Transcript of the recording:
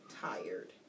tired